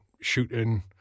shooting